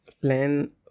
Plan